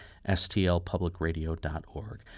stlpublicradio.org